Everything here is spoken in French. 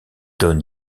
donne